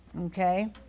okay